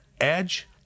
edge